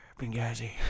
Benghazi